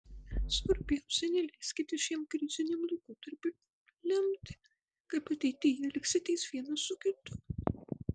svarbiausia neleiskite šiam kriziniam laikotarpiui lemti kaip ateityje elgsitės vienas su kitu